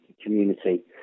community